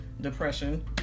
depression